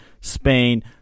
Spain